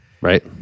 right